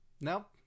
Nope